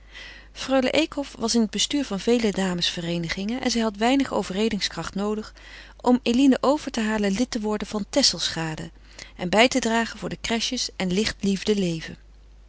freule eekhof was in het bestuur van vele damesvereenigingen en zij had weinig overredingskracht noodig om eline over te halen lid te worden van tesselschade en bij te dragen voor de chrèches en